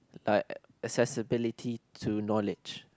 like accessibility to knowledge